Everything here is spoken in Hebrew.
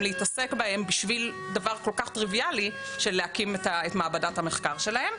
להתעסק בהם בשביל דבר כל כך טריוויאלי של להקים את מעבדת המחקר שלהם.